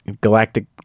galactic